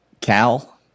Cal